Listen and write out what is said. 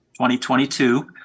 2022